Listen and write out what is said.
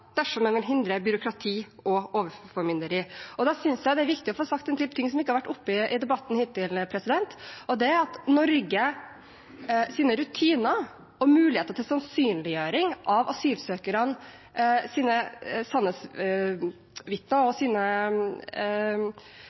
dersom en vil hindre byråkrati og overformynderi. Da synes jeg det er viktig å få sagt en ting som ikke har vært oppe i debatten hittil, og det er at Norges rutiner og muligheter til sannsynliggjøring av asylsøkernes sannhetsvitner og begrunnelser for asylsøknaden har blitt mye bedre. Så det vi først og